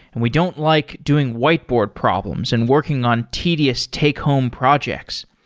and we don't like doing whiteboard problems and working on tedious take home projects.